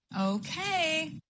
Okay